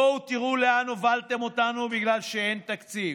בואו תראו לאן הובלתם אותנו בגלל שאין תקציב: